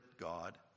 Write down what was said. God